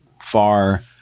far